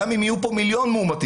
וגם אם יהיו כאן מיליון מאומתים,